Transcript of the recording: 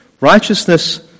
righteousness